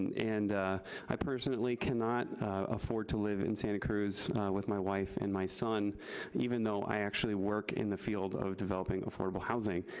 and i personally cannot afford to live in santa cruz with my wife and my son even though i actually work in the field of developing affordable housing.